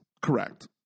correct